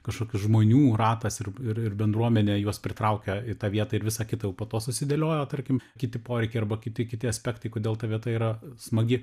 kažkokių žmonių ratas ir ir bendruomenė juos pritraukia į tą vietą ir visa kita po to susidėliojo tarkim kiti poreikiai arba kiti kiti aspektai kodėl ta vieta yra smagi